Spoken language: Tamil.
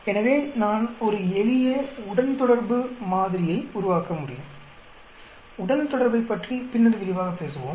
எனவே நான் ஒரு எளிய உடன்தொடர்பு மாதிரியை உருவாக்க முடியும் உடன்தொடர்பைப் பற்றி பின்னர் விரிவாகப் பேசுவோம்